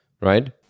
right